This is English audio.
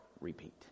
Repeat